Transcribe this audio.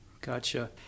Gotcha